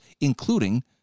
including